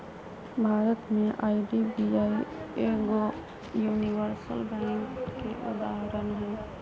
भारत में आई.डी.बी.आई एगो universal bank के उदाहरण हइ